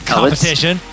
Competition